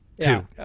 two